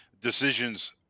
decisions